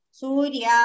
surya